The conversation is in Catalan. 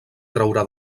traurà